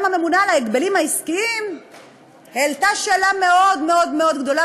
גם הממונה על ההגבלים העסקיים העלתה שאלה מאוד מאוד מאוד גדולה,